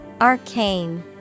Arcane